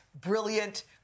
brilliant